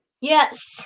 Yes